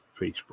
Facebook